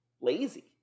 lazy